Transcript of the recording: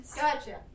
Gotcha